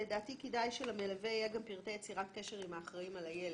לדעתי כדאי שמלווה יהיה גם את פרטי יצירת קשר עם האחראים על הילד.